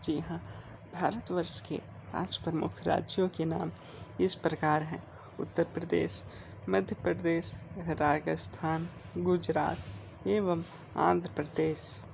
जी हाँ भारतवर्ष के पाँच प्रमुख राज्यों के नाम इस प्रकार हैं उत्तर प्रदेश मध्य प्रदेश राजस्थान गुजरात एवम आंध्र प्रदेश